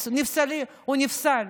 הוא נפסל.